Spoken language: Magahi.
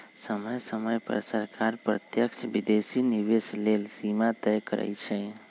समय समय पर सरकार प्रत्यक्ष विदेशी निवेश लेल सीमा तय करइ छै